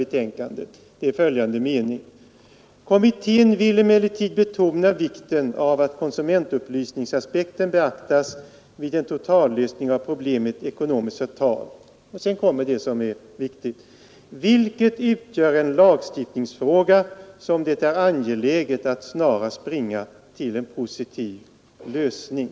Kommittén uttalar följande: ”Kommittén vill emellertid betona vikten av att konsumentupplysningsaspekten beaktas vid en totallösning av problemet ekonomiskt förtal” — och sedan kommer det som är viktigt ”vilket utgör en lagstiftningsfråga som det är angeläget att snarast bringa till en positiv lösning.”